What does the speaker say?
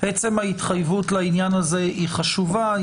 עצם ההתחייבות לעניין הזה היא חשובה.